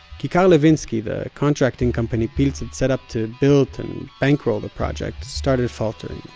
kikar levinsky, the contracting company pilz had set up to build and bankroll the project started faltering.